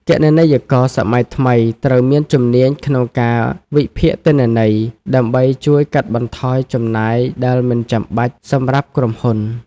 គណនេយ្យករសម័យថ្មីត្រូវមានជំនាញក្នុងការវិភាគទិន្នន័យ ដើម្បីជួយកាត់បន្ថយចំណាយដែលមិនចាំបាច់សម្រាប់ក្រុមហ៊ុន។